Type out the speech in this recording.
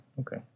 okay